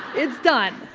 it's done,